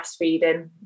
breastfeeding